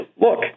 look